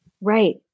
Right